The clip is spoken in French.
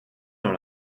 dans